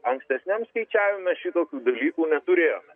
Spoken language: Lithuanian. ankstesniam skaičiavime šitokių dalykų neturėjome